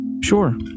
Sure